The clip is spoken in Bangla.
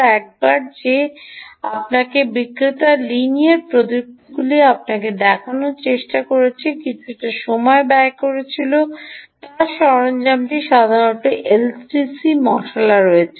একবার যে একবার আপনাকে এই বিক্রেতার লিনিয়ার প্রযুক্তিগুলি আপনাকে দেখানোর চেষ্টা করতে কিছুটা সময় ব্যয় করেছিল তার সরঞ্জামটি সাধারণত LTC মশলা রয়েছে